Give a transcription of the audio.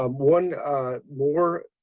um one more